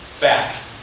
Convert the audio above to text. back